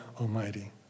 Almighty